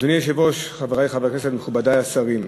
אדוני היושב-ראש, חברי חברי הכנסת, מכובדי השרים,